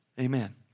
Amen